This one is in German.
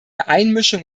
einmischung